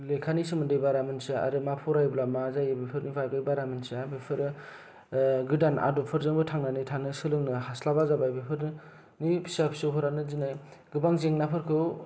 लेखानि सोमोन्दै बारा मिथिया आरो मा फरायबा मा जायो बेफोरनि बादै बारा मिथिया बिसोरो गोदान आदबफोरजोंबो थांनानै थानो सोलोंनो हास्लाबा जाबाय बेफोरनि फिसा फिसौफोरानो दिनै गोबां जेंनाफोरखौ